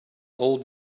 old